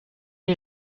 est